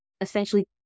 essentially